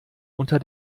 unter